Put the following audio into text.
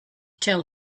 tell